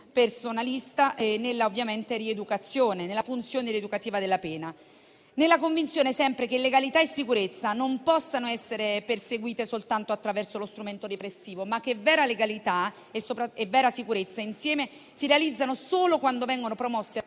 personalista e nella rieducazione, nella funzione rieducativa della pena, sempre nella convinzione che legalità e sicurezza non possano essere perseguite soltanto attraverso lo strumento repressivo, ma che vera legalità e, insieme, vera sicurezza si realizzino solo quando vengono promosse